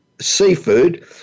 seafood